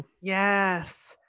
Yes